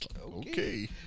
okay